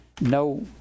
no